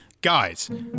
Guys